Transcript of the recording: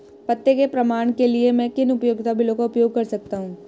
पते के प्रमाण के लिए मैं किन उपयोगिता बिलों का उपयोग कर सकता हूँ?